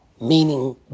meaning